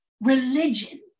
religion